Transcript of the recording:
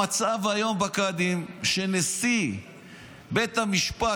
המצב היום בקאדים הוא שנשיא בית המשפט